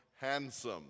Handsome